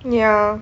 ya